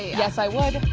yes i would.